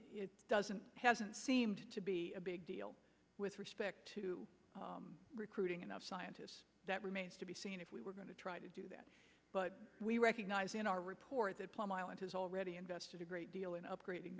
it doesn't hasn't seemed to be a big deal with respect to recruiting enough scientists that remains to be seen if we were going to try to do that but we recognise in our report that plum island has already invested a great deal in upgrading